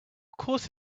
course